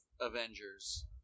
Avengers